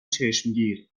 چشمگیر